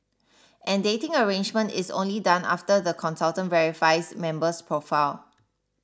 and dating arrangement is only done after the consultant verifies member's profile